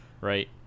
right